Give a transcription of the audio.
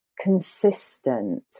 Consistent